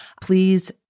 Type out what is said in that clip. please